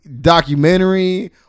documentary